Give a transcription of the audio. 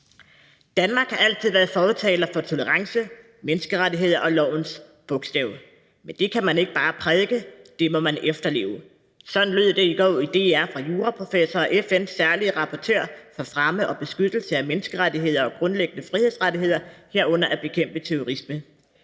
»Danmark har altid været fortaler for tolerance, menneskerettigheder og lovens bogstav. Men det kan man ikke bare prædike, det må man efterleve«. Sådan sagde juraprofessor og FN's særlige rapportør for fremme og beskyttelse af menneskerettigheder og grundlæggende frihedsrettigheder, herunder at bekæmpe terrorisme,